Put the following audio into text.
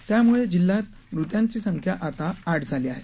त्यामुळे जिल्ह्यात मृतांची एकूण संख्या आता आठ झाली आहे